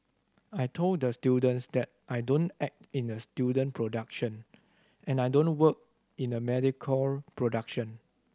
I told the students that I don't act in a student production and I don't work in a mediocre production